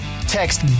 Text